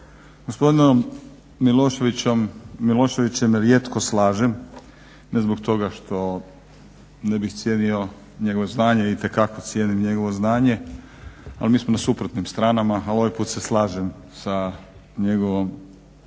gospodinom Miloševićem rijetko slažem, ne zbog toga što ne bih cijenio njegovo znanje, itekako cijenim njegovo znanje, ali mi smo na suprotnim stranama, ali ovaj put se slažem sa njegovom